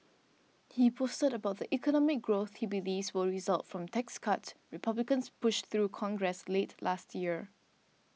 he boasted about the economic growth he believes will result from tax cuts Republicans pushed through Congress late last year